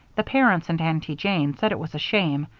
the parents and aunty jane said it was a shame,